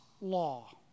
law